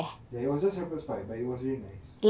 ya it wasn't shepherd's pie but it was very nice